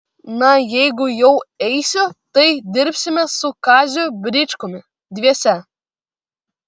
na jeigu jau eisiu tai dirbsime su kaziu bričkumi dviese